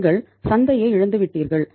நீங்கள் சந்தையை இழந்துவிட்டீர்கள்